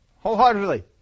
wholeheartedly